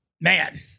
man